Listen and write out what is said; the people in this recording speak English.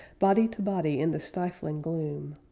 body to body in the stifling gloom,